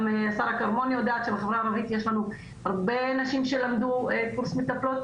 גם שרה כרמון יודעת שבחברה הערבית יש לנו הרבה נשים שלמדו קורס מטפלות.